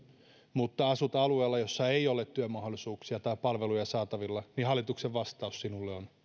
mutta asut alueella jolla ei ole työmahdollisuuksia tai palveluja saatavilla hallituksen vastaus sinulle on